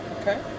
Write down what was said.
Okay